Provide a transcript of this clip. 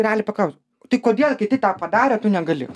realiai paklausiu tai kodėl kiti tą padarė o tu negali